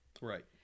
Right